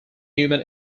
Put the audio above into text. human